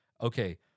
okay